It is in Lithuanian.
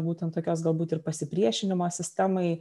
būtent tokios galbūt ir pasipriešinimo sistemai